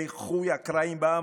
לאיחוי הקרעים בעם,